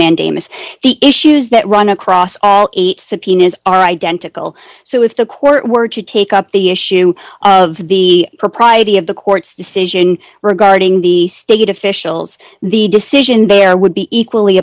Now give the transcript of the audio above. mandamus the issues that run across eight subpoenas are identical so if the court were to take up the issue of the propriety of the court's decision regarding the state officials the decision there would be equally